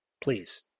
please